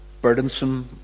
burdensome